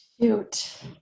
Cute